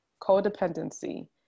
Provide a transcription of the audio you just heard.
codependency